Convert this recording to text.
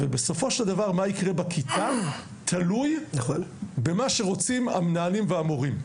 ובסופו של דבר מה יקרה בכיתה תלוי במה שרוצים המנהלים והמורים.